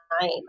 time